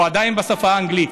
הוא עדיין בשפה האנגלית.